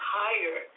higher